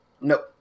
Nope